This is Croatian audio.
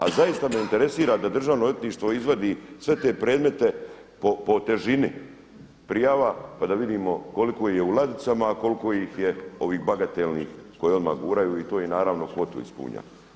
Ali zaista me interesira da državno odvjetništvo izvodi sve te predmete po težini prijava pa da vidimo koliko ih je u ladicama a koliko ih je ovih bagatelnih koje odmah guraju i to im naravno kvotu ispunjava.